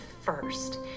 first